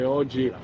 oggi